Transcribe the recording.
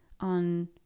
on